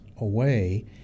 away